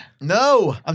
No